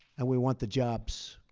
and we want the jobs.